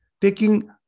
taking